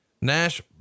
Nash